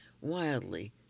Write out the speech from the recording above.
Wildly